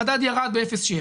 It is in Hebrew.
המדד ירד ב-0.7%,